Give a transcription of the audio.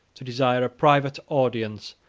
to desire a private audience,